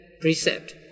precept